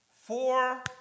four